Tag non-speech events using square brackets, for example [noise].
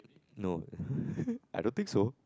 no [laughs] I don't think so